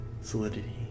solidity